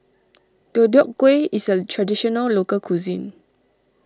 Deodeok Gui is a Traditional Local Cuisine